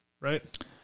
right